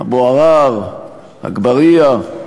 אבו עראר, אגבאריה,